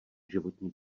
životní